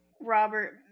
Robert